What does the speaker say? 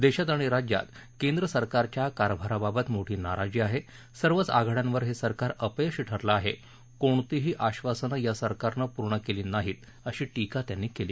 देशात आणि राज्यात केंद्रसरकारच्या कारभाराबाबत मोठी नाराजी आहे सर्वच आघाड्यांवर हे सरकार अपयशी ठरलं आहे कोणतीही आश्वासनं या सरकारनं पूर्ण केली नाहीत अशी टीका त्यांनी केली